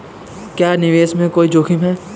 क्या निवेश में कोई जोखिम है?